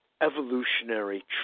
evolutionary